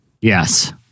Yes